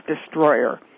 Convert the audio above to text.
destroyer